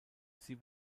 sie